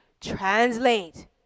Translate